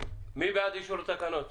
מי בעד אישור התקנות?